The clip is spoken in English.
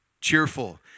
cheerful